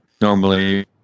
normally